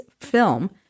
film